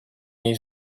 jej